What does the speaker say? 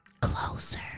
Closer